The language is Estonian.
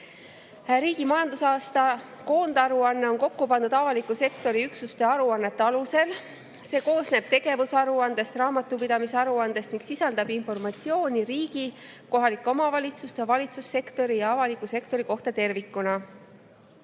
Riigi majandusaasta koondaruanne on kokku pandud avaliku sektori üksuste aruannete alusel. See koosneb tegevusaruandest ja raamatupidamisaruandest ning sisaldab informatsiooni riigi, kohalike omavalitsuste, valitsussektori ja avaliku sektori kohta tervikuna.